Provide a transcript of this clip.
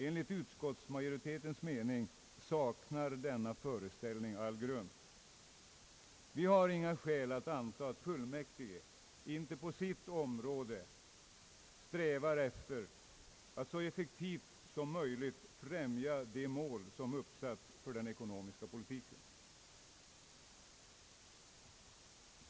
Enligt utskottsmajoritetens mening saknar denna föreställning all grund, Vi har inga skäl att anta att fullmäktige inte på sitt område strävar efter att så effektivt som möjligt främja de mål som uppsatis för den ekonomiska politiken.